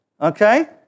Okay